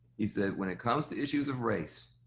he said, when it comes to issues of race,